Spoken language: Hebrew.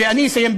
אני אסיים,